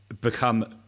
become